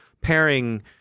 pairing